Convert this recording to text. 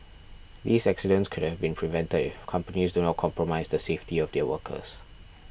these accidents could have been prevented if companies do not compromise the safety of their workers